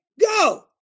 go